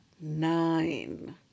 nine